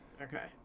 Okay